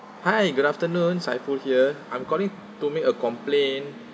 hi good afternoon saiful here I'm calling to make a complain